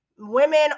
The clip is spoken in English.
women